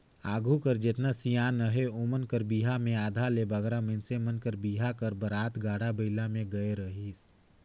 आघु कर जेतना सियान अहे ओमन कर बिहा मे आधा ले बगरा मइनसे मन कर बिहा कर बरात गाड़ा बइला मे गए रहिस